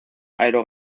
aero